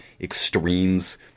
extremes